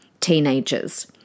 teenagers